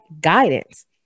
guidance